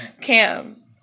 Cam